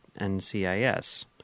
NCIS